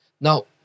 Now